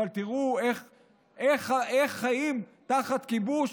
אבל תראו איך חיים תחת כיבוש,